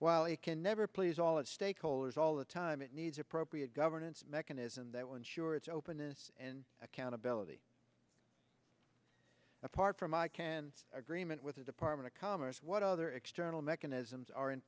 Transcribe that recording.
while you can never please all of stakeholders all the time it needs appropriate governance mechanism that will ensure its openness and accountability apart from icann agreement with the department of commerce what other external mechanisms are in